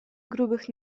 grubych